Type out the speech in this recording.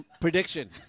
Prediction